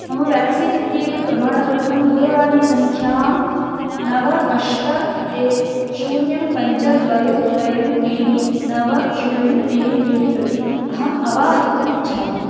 मम व्याक्सीन् इत्येतत् प्रमाणपत्रं दूरवाणीसङ्ख्यां नव अष्ट एवं शून्यं पञ्च द्वे द्वे त्रीणि नव शून्यं त्रीणि त्रीणि प्रति अहम् अवाहर्तुम् इच्छामि